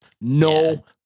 No